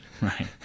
right